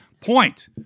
point